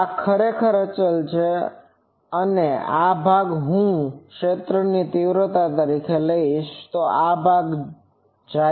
આ ખરેખર અચલ છે અને આ ભાગ જો હું આ ક્ષેત્રની તીવ્રતા લઈશ તો આ ભાગ જાય છે